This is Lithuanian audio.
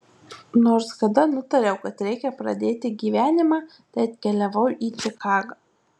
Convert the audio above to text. nors kada nutariau kad reikia pradėti gyvenimą tai atkeliavau į čikagą